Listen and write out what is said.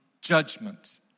Judgment